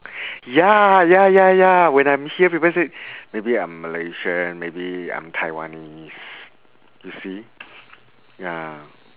ya ya ya ya when I'm here people said maybe I'm malaysian maybe I'm taiwanese you see ya